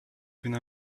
been